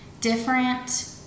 different